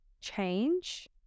change